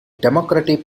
democratic